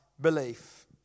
belief